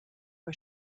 bei